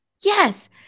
yes